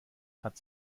hat